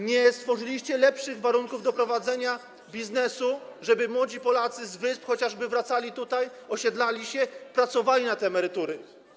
Nie stworzyliście lepszych warunków do prowadzenia biznesu, żeby młodzi Polacy z Wysp chociażby wracali tutaj, osiedlali się, pracowali na te emerytury.